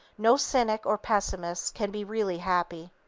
no cynic or pessimist can be really happy.